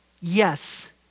Yes